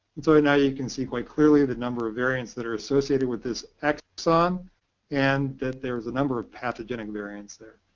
so now you can see quite clearly the number of variants that are associated with this exon and that there's a number of pathogenic variants there.